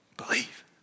believe